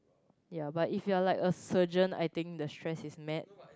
yeah but if you are like a surgeon I think the stress is mad